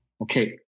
Okay